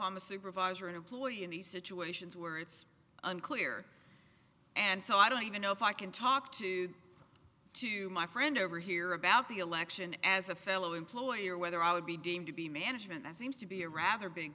i'm a supervisor employee in these situations where it's unclear and so i don't even know if i can talk to to my friend over here about the election as a fellow employee or whether i would be deemed to be management that seems to be a rather big